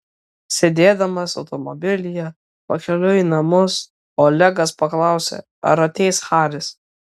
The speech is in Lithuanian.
sėdėdamas automobilyje pakeliui į namus olegas paklausė ar ateis haris